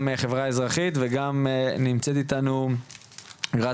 גם חברה אזרחית וגם נמצאת אתנו גרציה,